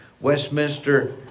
Westminster